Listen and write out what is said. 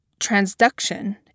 Transduction